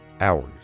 hours